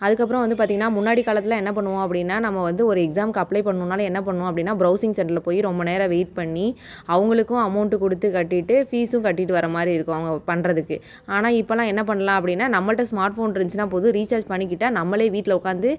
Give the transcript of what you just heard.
அதுக்கப்புறம் வந்து பார்த்தீங்கனா முன்னாடி காலத்தில் என்ன பண்ணுவோம் அப்படினா நம்ம வந்து ஒரு எக்ஸாம்க்கு அப்ளை பண்ணணும்னாலே என்ன பண்ணுவோம் அப்படினா ப்ரொவ்சிங் சென்டரில் போய் ரொம்ப நேரம் வெயிட் பண்ணி அவங்களுக்கும் அமௌன்ட் கொடுத்து கட்டிவிட்டு ஃபீஸும் கட்டிவிட்டு வர மாதிரி இருக்கும் அவங்க பண்ணறதுக்கு ஆனால் இப்போலாம் என்ன பண்ணலாம் அப்படினா நம்மகிட்ட ஸ்மார்ட் ஃபோன் இருந்துந்துச்சுனால் போதும் ரீசார்ஜ் பண்ணிக்கிட்டால் நம்மளே வீட்டில் உட்காந்து